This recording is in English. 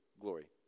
glory